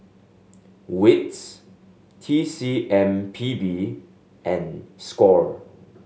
wits T C M P B and score